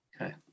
Okay